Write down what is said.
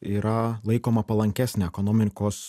yra laikoma palankesnė ekonomikos